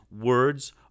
words